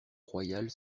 royales